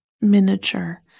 miniature